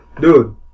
Dude